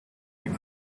you